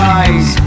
eyes